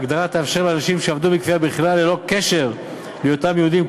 ההגדרה תאפשר לאנשים שעבדו בכפייה בכלל ללא קשר להיותם יהודים,